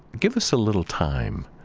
give us a little time.